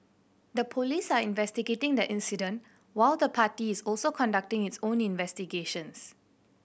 the police are investigating the incident while the party is also conducting its own investigations